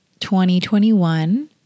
2021